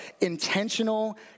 intentional